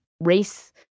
race